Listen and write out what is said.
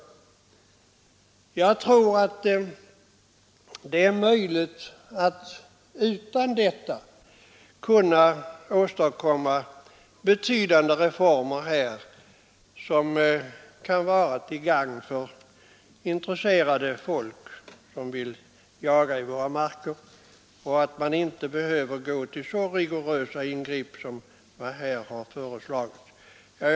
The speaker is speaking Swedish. Jag tror att det är möjligt att åstadkomma betydande reformer som kan vara till gagn för intresserade människor som vill jaga i våra marker utan att göra så rigorösa ingrepp som föreslagits.